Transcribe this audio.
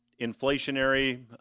inflationary